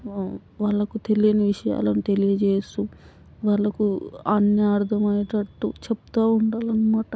వాళ్ళకు తెలియని విషయాలని తెలియజేస్తూ వాళ్ళకు అన్నీ అర్ధం అయ్యేటట్టు చెబుతూ ఉండాలి అన్నమాట